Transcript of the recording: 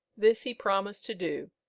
this he promised to do,